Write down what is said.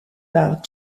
par